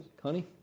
Connie